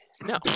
No